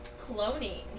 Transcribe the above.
cloning